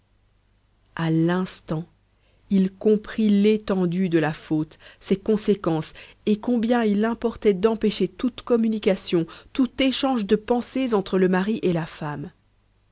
à l'instant il comprit l'étendue de la faute ses conséquences et combien il importait d'empêcher toute communication tout échange de pensées entre le mari et la femme